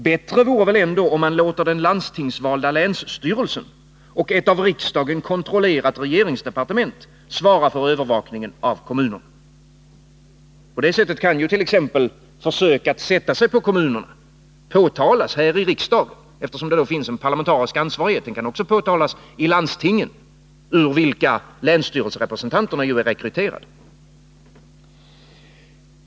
Bättre vore väl ändå att låta den landstingsvalda länsstyrelsen och ett av riksdagen kontrollerat regeringsdepartement svara för övervakningen av kommunerna. På det sättet kan t.ex. försök att sätta sig på kommunerna påtalas här i riksdagen, eftersom det då skulle finnas en parlamentarisk ansvarighet. Sådana försök kan också påtalas i landstingen, ur vilka länsstyrelserepresentanterna rekryteras.